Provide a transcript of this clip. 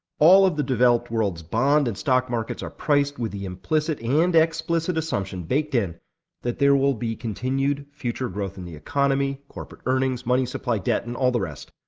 all of the developed world's bond and stock markets are priced with the implicit and explicit assumption baked in that there will be continued future growth in the economy, corporate earnings, money supply, debt and all the rest.